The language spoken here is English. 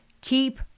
keep